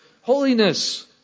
holiness